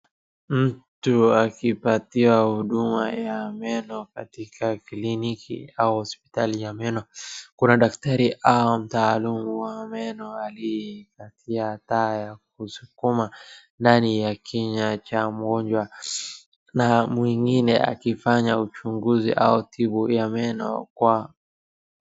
Mtu akipatiwa huduma ya meno katika kliniki au hospitali ya meno. Kuna daktari au mtaalamu wa meno aliyekatika taa ya kuskuma ndani ya kinywa cha mgonjwa na mwingine akifanya uchunguzi au tibu ya meno kwa...